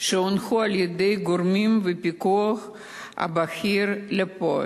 הונחו על-ידי גורמי הפיקוד הבכיר לפעול.